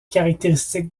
caractéristique